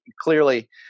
clearly